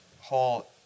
whole